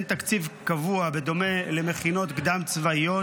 ואין תקציב קבוע בדומה למכינות קדם-צבאיות,